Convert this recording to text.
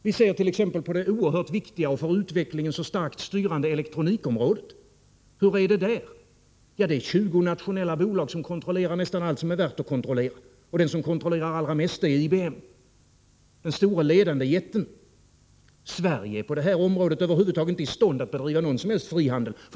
Vi kan t.ex. se på det oerhört viktiga och för utvecklingen så starkt styrande elektronikområdet. Hur är det där? Jo, det är 20 nationella bolag som kontrollerar nästan allt som är värt att kontrollera. Den som kontrollerar allra mest är IBM, den ledande jätten. Sverige är på detta område över huvud taget inte i stånd att bedriva någon som helst frihandel.